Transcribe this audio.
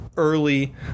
early